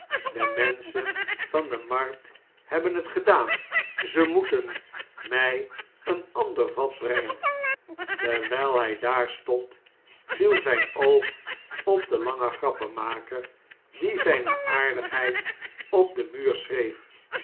de menschen van de markt hebben het gedaan ze moeten mjj een ander vat brengen terwjjl hjj daar stond viel zijn oog op den langen grappenmaker die zjjne aardigheid op den muur schreef